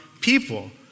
people